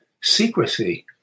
secrecy